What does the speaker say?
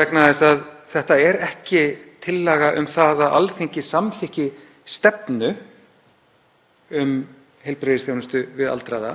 vegna þess að þetta er ekki tillaga um að Alþingi samþykki stefnu um heilbrigðisþjónustu við aldraða